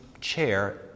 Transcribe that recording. chair